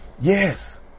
yes